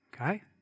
Okay